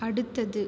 அடுத்தது